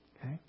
Okay